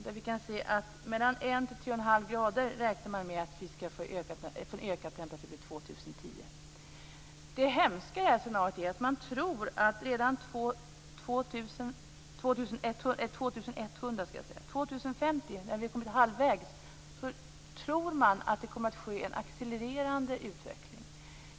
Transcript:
Man räknar med att vi ska få en ökad temperatur med mellan 1 och 3 1⁄2 grader år 2100. Det hemska i scenariot är att man tror att det redan år 2050, när vi har kommit halvvägs, kommer att ske en accelererande utveckling.